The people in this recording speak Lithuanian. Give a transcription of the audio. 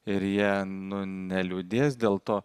ir jie nu neliūdės dėl to